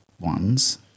ones